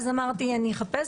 אז אמרתי אני אחפש